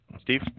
Steve